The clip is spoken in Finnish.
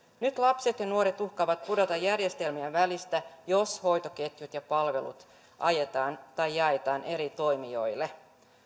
nyt lapset ja nuoret uhkaavat pudota järjestelmien välistä jos hoitoketjut ja palvelut ajetaan tai jaetaan eri toimijoille